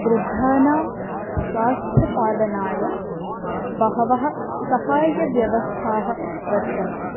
वृद्धानां स्वास्थ्यपालनाय बहवः सहाय्यव्यवस्थाः वर्तन्ते